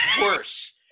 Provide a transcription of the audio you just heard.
worse